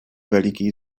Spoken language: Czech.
veliký